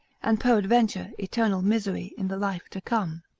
and peradventure eternal misery in the life to come.